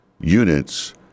units